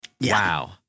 wow